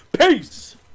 Peace